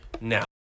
now